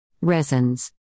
resins